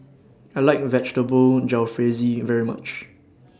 I like Vegetable Jalfrezi very much